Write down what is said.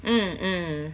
mm mm